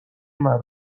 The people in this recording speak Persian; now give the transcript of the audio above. مردم